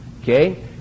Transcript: okay